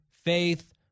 Faith